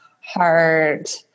heart